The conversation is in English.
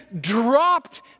dropped